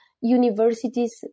universities